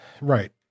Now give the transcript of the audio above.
Right